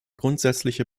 grundsätzliche